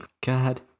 god